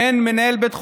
אין מנהל בית חולים,